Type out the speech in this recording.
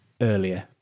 earlier